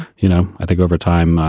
you know, i think over time,